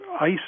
ice